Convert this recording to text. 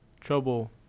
trouble